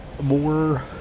more